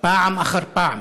פעם אחר פעם.